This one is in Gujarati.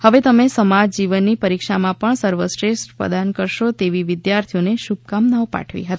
હવે તમે સમાજ જીવનની પરીક્ષામાં પણ સર્વશ્રેષ્ઠસ પ્રદાન કરશો તેવી વિદ્યાર્થીઓને શુભેચ્છાઓ પાઠવી હતી